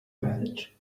message